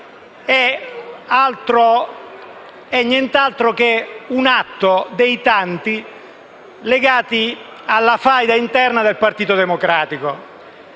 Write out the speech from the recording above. è nient'altro che uno dei tanti atti legati alla faida interna al Partito Democratico.